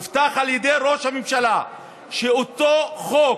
הובטח על ידי ראש הממשלה שאותו חוק